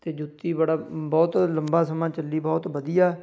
ਅਤੇ ਜੁੱਤੀ ਬੜਾ ਬਹੁਤ ਲੰਬਾ ਸਮਾਂ ਚੱਲੀ ਬਹੁਤ ਵਧੀਆ